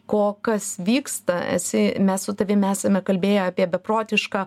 ko kas vyksta esi mes su tavim esame kalbėję apie beprotišką